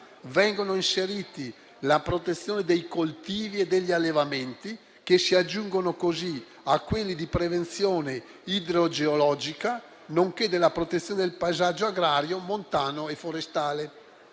vengono inseriti la protezione dei coltivi e degli allevamenti, che si aggiungono così a quelli di prevenzione idrogeologica, nonché della protezione del paesaggio agrario, montano e forestale.